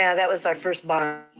yeah that was our first bond.